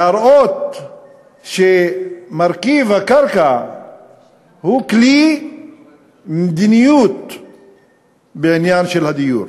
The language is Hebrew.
להראות שמרכיב הקרקע הוא כלי מדיניות בעניין הדיור.